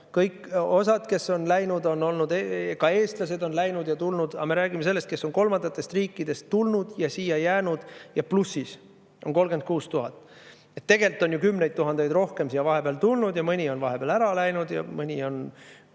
Osa, kes on läinud, on olnud ka eestlased, läinud ja tulnud. Aga me räägime sellest, kes on kolmandatest riikidest tulnud ja siia jäänud. Neid on plussis 36 000. Tegelikult on ju kümneid tuhandeid rohkem siia vahepeal tulnud, mõni on vahepeal ära läinud, mõni on